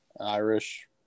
irish